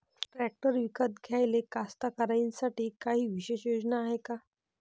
Tractor विकत घ्याले कास्तकाराइसाठी कायी विशेष योजना हाय का?